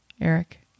Eric